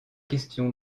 question